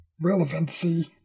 Relevancy